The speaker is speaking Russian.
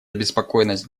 обеспокоенность